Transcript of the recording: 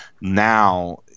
now